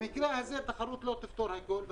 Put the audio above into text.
במקרה הזה תחרות לא תפתור הכול.